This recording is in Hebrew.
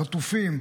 לחטופים,